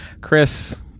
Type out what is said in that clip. Chris